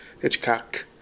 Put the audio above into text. Hitchcock